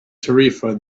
tarifa